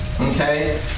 okay